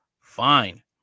fine